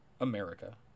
America